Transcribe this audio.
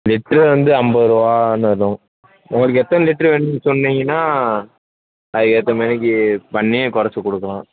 litre வந்து ஐம்பது ரூபான்னு வரும் உங்களுக்கு எத்தனை லிட்ரு வேணும்னு சொன்னீங்கன்னால் அதுக்கு ஏற்றமேனிக்கி பண்ணி குறச்சிக் கொடுக்கலாம்